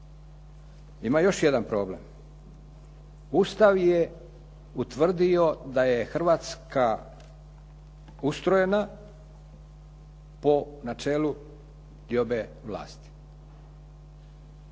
Ima još jedan problem. Ustav je utvrdio da je Hrvatska ustrojena po načelu diobe vlasti.